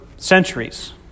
centuries